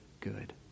good